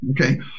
okay